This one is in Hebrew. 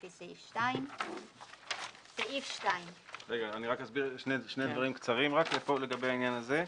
לפי סעיף 2". אני רק אסביר שני דברים קצרים לגבי העניין הזה.